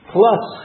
Plus